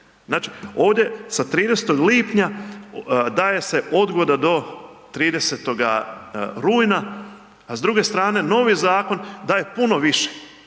Znači, ovdje sa 30. lipnja daje se odgoda do 30. rujna, a s druge strane novi zakon daje puno više.